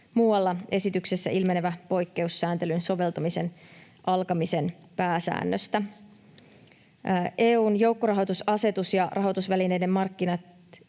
muualla esityksessä ilmenevä poikkeus sääntelyn soveltamisen alkamisen pääsäännöstä. EU:n joukkorahoitusasetus ja rahoitusvälineiden markkinat